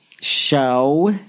show